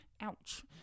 Ouch